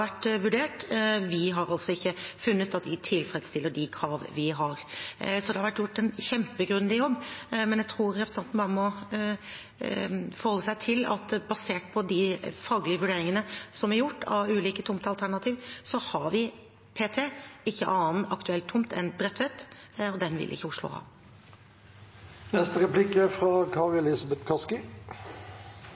vært vurdert, men vi har altså ikke funnet at de tilfredsstiller de krav vi har. Det har vært gjort en kjempegrundig jobb. Jeg tror representanten bare må forholde seg til at basert på de faglige vurderingene som er gjort av ulike tomtealternativ, har vi p.t. ikke noen annen aktuell tomt enn Bredtvet, og den ville ikke